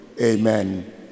Amen